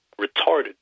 retarded